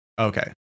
okay